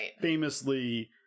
famously